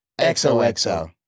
XOXO